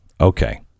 Okay